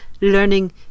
Learning